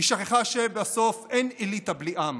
היא שכחה שבסוף אין אליטה בלי עם,